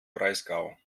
breisgau